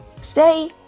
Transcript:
Say